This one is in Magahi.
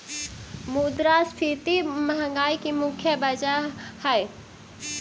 मुद्रास्फीति महंगाई की मुख्य वजह हई